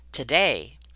Today